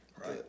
right